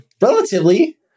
Relatively